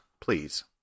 please